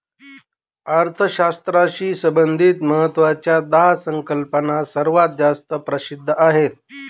अर्थशास्त्राशी संबंधित महत्वाच्या दहा संकल्पना सर्वात जास्त प्रसिद्ध आहेत